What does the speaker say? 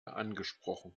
angesprochen